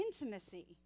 intimacy